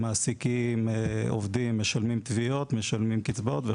מעסיקים עובדים; משלמים תביעות; משלמים קצבאות,